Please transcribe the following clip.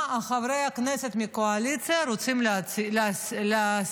מה חברי הכנסת מהקואליציה רוצים להשיג?